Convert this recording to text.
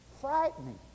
frightening